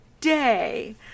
Day